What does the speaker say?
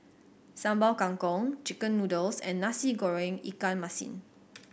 Sambal Kangkong chicken noodles and Nasi Goreng ikan masin